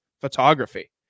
photography